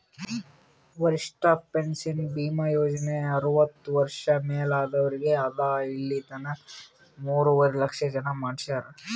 ವರಿಷ್ಠ ಪೆನ್ಷನ್ ಭೀಮಾ ಯೋಜನಾ ಅರ್ವತ್ತ ವರ್ಷ ಮ್ಯಾಲ ಆದವ್ರಿಗ್ ಅದಾ ಇಲಿತನ ಮೂರುವರಿ ಲಕ್ಷ ಜನ ಮಾಡಿಸ್ಯಾರ್